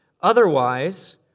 Otherwise